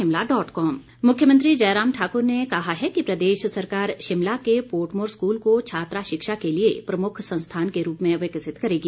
जयराम मुख्यमंत्री जयराम ठाक्र ने कहा है कि प्रदेश सरकार शिमला के पोर्टमोर स्कूल को छात्रा शिक्षा के लिए प्रमुख संस्थान के रूप में विकसित करेगी